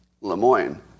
Lemoyne